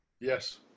Yes